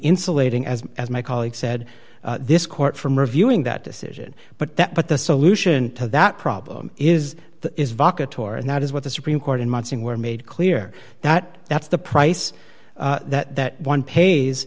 insulating as as my colleague said this court from reviewing that decision but that but the solution to that problem is that is vodka tour and that is what the supreme court in munson were made clear that that's the price that one pays